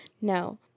No